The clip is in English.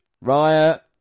Riot